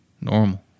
Normal